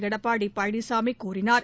எடப்பாடி பழனிசாமி கூறினார்